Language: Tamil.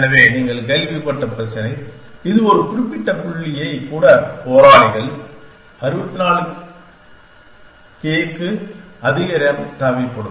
எனவே நீங்கள் கேள்விப்பட்ட பிரச்சனை இது ஒரு குறிப்பிட்ட புள்ளியைக் கூறிய போராளிகள் 64 K க்கும் அதிகமான ரேம் தேவைப்படும்